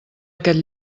aquest